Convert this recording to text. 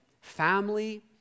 family